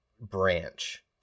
branch